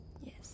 Yes